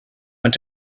want